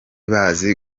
bazi